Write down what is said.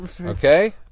Okay